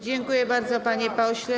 Dziękuję bardzo, panie pośle.